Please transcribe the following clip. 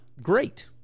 great